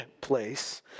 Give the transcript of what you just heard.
place